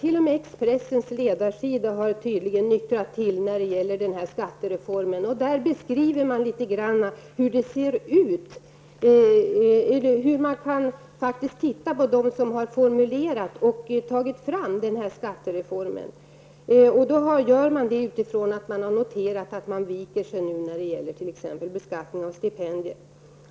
T.o.m. Expressens ledarsida har nyktrat till när det gäller skattereformen. Där har man tittat på dem som har formulerat och tagit fram denna skattereform, med tanke på att de nu viker sig när det gäller t.ex. beskattning av stipendier.